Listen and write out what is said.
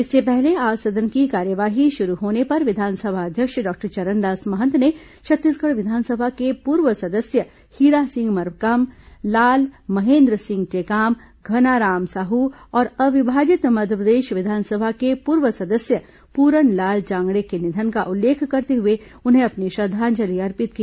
इससे पहले आज सदन की कार्यवाही शुरू होने पर विधानसभा अध्यक्ष डॉक्टर चरणदास महंत ने छत्तीसगढ़ विधानसभा के पूर्व सदस्य हीरा सिंह मरकाम लाल महेन्द्र सिंह टेकाम घनाराम साहू और अविभाजित मध्यप्रदेश विधानसभा के पूर्व सदस्य पूरनलाल जांगड़े के निधन का उल्लेख करते हुए उन्हें अपनी श्रद्वांजलि अर्पित की